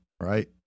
right